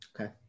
Okay